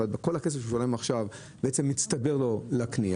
אבל כל הכסף בעצם מצטבר לו לקנייה.